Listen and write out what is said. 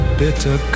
bitter